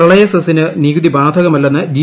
പ്രളയ സെസിന് നികുതി ബാധകമല്ലെന്ന് ജി